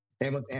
Emma